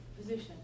position